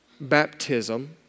baptism